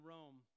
Rome